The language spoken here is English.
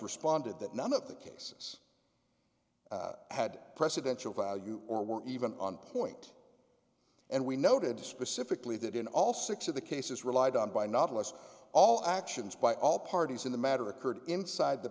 responded that none of the cases had presidential value or were even on point and we noted specifically that in all six of the cases relied on by novelist all actions by all parties in the matter occurred inside the